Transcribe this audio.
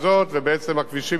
כאשר יהיה כביש 6,